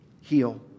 Heal